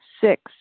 Six